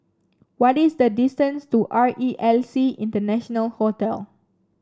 what is the distance to R E L C International Hotel